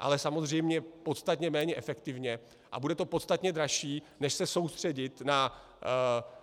Ale samozřejmě podstatně méně efektivně a bude to podstatně dražší než se soustředit na